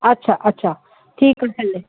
अच्छा अच्छा ठीक भले